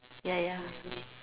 ya ya